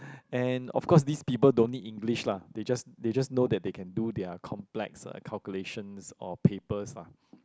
and of course these people don't need English lah they just they just know that they can do their complex calculations or papers lah